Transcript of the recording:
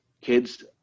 kids